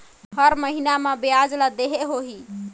हर महीना मा ब्याज ला देहे होही?